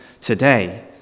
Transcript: Today